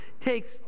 takes